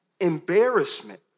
embarrassment